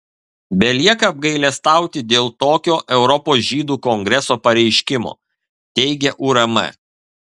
belieka apgailestauti dėl tokio europos žydų kongreso pareiškimo teigia urm